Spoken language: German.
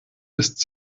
ist